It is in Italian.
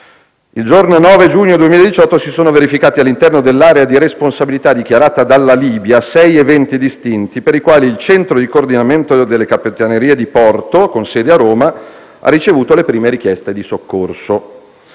Il giorno 9 giugno 2018 si sono verificati, all'interno dell'area di responsabilità dichiarata della Libia, sei eventi distinti per i quali il centro di coordinamento delle capitanerie di porto con sede a Roma ha ricevuto le prime richieste di soccorso.